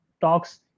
talks